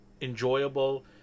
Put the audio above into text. enjoyable